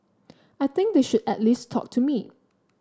I think they should at least talk to me